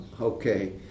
okay